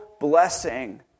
blessing